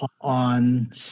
on